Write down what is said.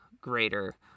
greater